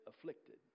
afflicted